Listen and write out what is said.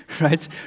right